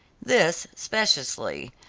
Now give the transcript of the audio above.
this speciously,